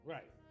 Right